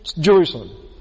Jerusalem